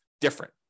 different